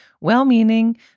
well-meaning